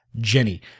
Jenny